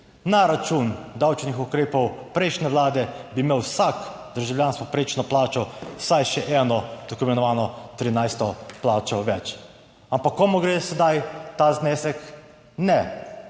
Na račun davčnih ukrepov prejšnje vlade bi imel vsak državljan s povprečno plačo vsaj še eno tako imenovano 13. plačo več. Ampak komu gre sedaj ta znesek? Ne